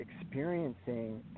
experiencing